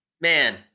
man